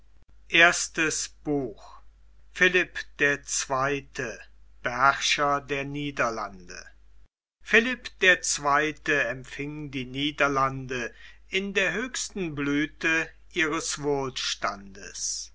philipp der zweite beherrscher der niederlande philipp der zweite empfing die niederlande in der höchsten blüthe ihres wohlstandes